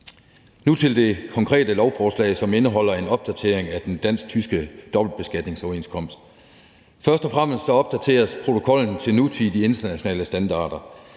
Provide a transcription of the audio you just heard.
Nu til det konkrete lovforslag, som indeholder en opdatering af den dansk-tyske dobbeltbeskatningsoverenskomst. Først og fremmest opdateres protokollen til nutidige internationale standarder.